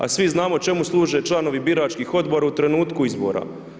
A svi znamo čemu služe članovi biračkih odbora u trenutku izbora.